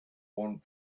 one